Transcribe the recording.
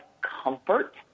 comfort